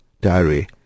diary